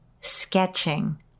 sketching